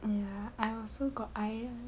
ya I also got I